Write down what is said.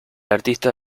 artista